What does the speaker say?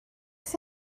sydd